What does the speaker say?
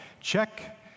Check